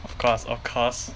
of course of course